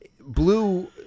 blue